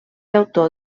autor